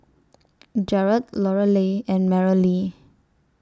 Jarod Lorelei and Merrilee